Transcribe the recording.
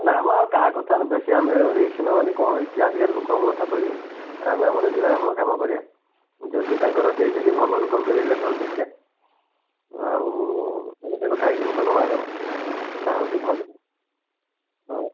ନା ମ ଆଉ କାହା କଥାରେ ବେଶୀ ଆମେ ରିସ୍କ ନବା ନି କ'ଣ କି ଆଜିକାଲି ଲୋକଙ୍କ କଥା ତ ଇଏ ଆମେ ଆମର ଯିବା ଆମ କାମ କରିବା ଯଦି ତାଙ୍କର କେହି ଯଦି ଭଲ ଲୋକ ମିଳିଲେ ନହେଲେ ଦେଖିବା ଆଉ ଏଣୁ ତେଣୁ କାହିଁକି ଲୋକ ନବା କହନା ଆଉ ସେ ହଁ